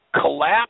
collapse